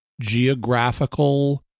geographical